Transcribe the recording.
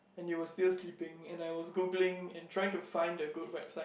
and you were still sleeping and I was Googling and trying to find the good website